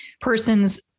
person's